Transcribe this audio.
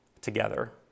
together